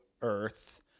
earth